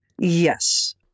Yes